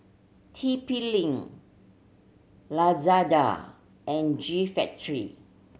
T P Link Lazada and G Factory